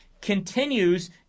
continues